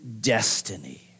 destiny